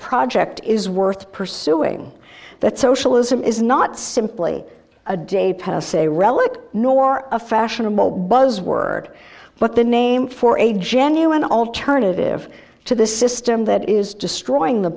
project is worth pursuing that socialism is not simply a day per se relic nor a fashionable buzzword but the name for a genuine alternative to this system that is destroying the